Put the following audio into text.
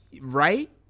Right